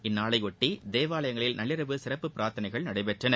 இந்நாளைபொட்டி தேவாலங்களில் நள்ளிரவு சிறப்பு பிரார்த்தனைகள் நடைபெற்றன